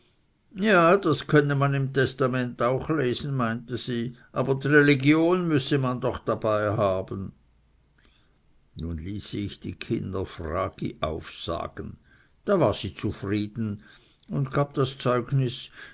ja das könne man im testament auch lesen meinte sie aber dreligion müsse man doch dabei haben nun ließ ich die kinder fragi aufsagen da war sie zufrieden und gab das zeugnis